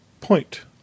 point